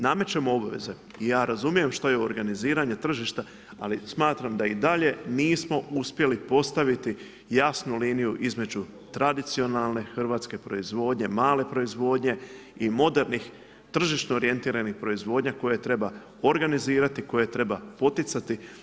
Namećemo obaveze i ja razumijem što je organiziranje tržišta ali smatram da i dalje nismo uspjeli postaviti jasnu liniju između tradicionalne hrvatske proizvodnje, male proizvodnje i modernih tržišno orijentiranih proizvodnja koje treba organizirati, koje treba poticati.